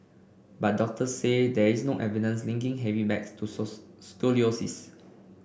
but doctor say there is no evidence linking heavy bags to scoliosis